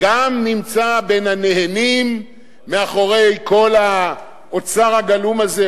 גם נמצא בין הנהנים מאחורי כל האוצר הגלום הזה,